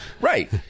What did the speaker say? right